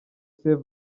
saint